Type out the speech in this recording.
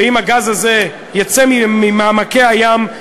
ואם הגז הזה יצא ממעמקי הים,